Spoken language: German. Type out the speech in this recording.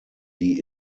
die